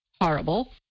horrible